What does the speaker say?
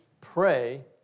pray